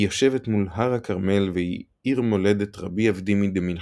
היא יושבת מול הר הכרמל והיא עיר מולדת ר' אבדימי דמן חיפא.